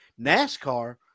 NASCAR